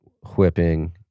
whipping